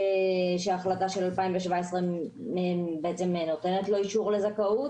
שההחלטה של 2017 בעצם נותנת לו אישור לזכאות.